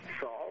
solve